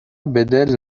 بدل